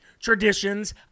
traditions